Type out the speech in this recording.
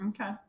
Okay